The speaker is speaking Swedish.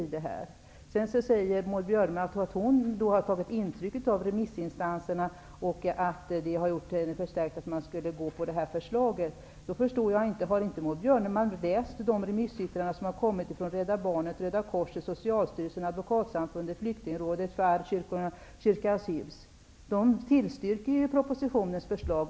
Maud Björnemalm sade att hon hade tagit intryck av remissinstansernas synpunkter, och att det förstärkte hennes uppfattning om att man skulle anta förslaget. Det förstår jag inte. Har inte Maud Björnemlm tagit del av de remissyttranden som har inkommit från Rädda barnen, Röda korset, Socialstyrelsen, Advokatsamfundet, Flyktingrådet m.fl., vilka tillstyrker propositionens förslag?